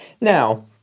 Now